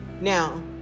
Now